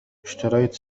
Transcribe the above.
اشتريت